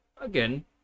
again